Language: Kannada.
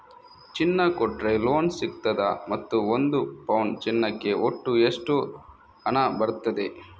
ಚಿನ್ನ ಕೊಟ್ರೆ ಲೋನ್ ಸಿಗ್ತದಾ ಮತ್ತು ಒಂದು ಪೌನು ಚಿನ್ನಕ್ಕೆ ಒಟ್ಟು ಎಷ್ಟು ಹಣ ಬರ್ತದೆ?